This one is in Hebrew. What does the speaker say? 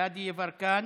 גדי יברקן,